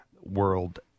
World